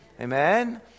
Amen